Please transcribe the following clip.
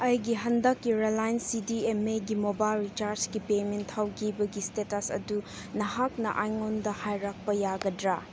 ꯑꯩꯒꯤ ꯍꯟꯗꯛꯀꯤ Reliance C D M ꯑꯦꯒꯤ ꯃꯣꯕꯥꯏꯜ ꯔꯤꯆꯥꯔꯁꯀꯤ ꯄꯦꯃꯦꯟ ꯇꯧꯈꯤꯕꯒꯤ ꯏꯁꯇꯦꯇꯁ ꯑꯗꯨ ꯅꯍꯥꯛꯅ ꯑꯩꯉꯣꯟꯗ ꯍꯥꯏꯔꯛꯄ ꯌꯥꯒꯗ꯭ꯔꯥ